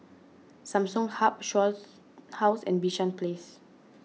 Samsung Hub Shaw House and Bishan Place